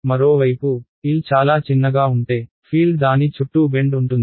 మరోవైపు L చాలా చిన్నగా ఉంటే ఫీల్డ్ దాని చుట్టూ బెండ్ ఉంటుంది